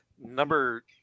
Number